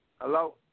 Hello